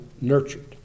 nurtured